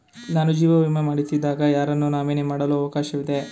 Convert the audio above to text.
ನಾನು ಜೀವ ವಿಮೆ ಮಾಡಿಸಿದಾಗ ಯಾರನ್ನು ನಾಮಿನಿ ಮಾಡಲು ಅವಕಾಶವಿದೆ?